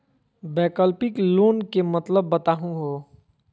वैकल्पिक लोन के मतलब बताहु हो?